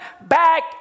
back